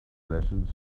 lessons